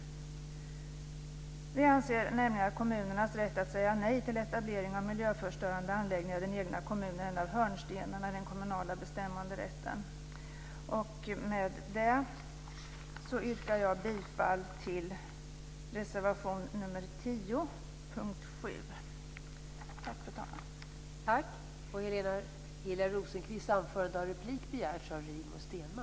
Vi anser nämligen att kommunernas rätt att säga nej till etablering av miljöförstörande anläggningar i den egna kommunen är en av hörnstenarna i den kommunala bestämmanderätten. Med det yrkar jag bifall till reservation 10 under punkt 7.